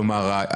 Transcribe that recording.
כלומר,